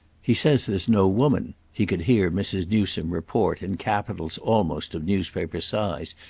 he says there's no woman, he could hear mrs. newsome report, in capitals almost of newspaper size,